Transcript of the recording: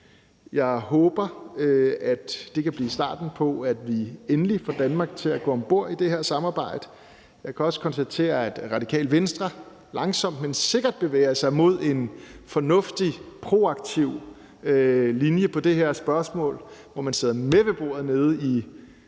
Jeg håber, at det kan blive starten på, at vi endelig får Danmark til at gå om bord i det her samarbejde. Jeg kan også konstatere, at Radikale Venstre langsomt, men sikkert bevæger sig mod en fornuftig proaktiv linje i det her spørgsmål, hvor man sidder med ved bordet nede i